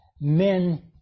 men